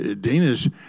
Dana's